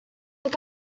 that